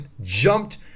jumped